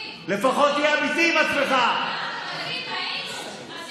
אביב וראש העין.